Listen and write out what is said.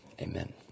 Amen